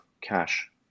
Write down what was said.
cash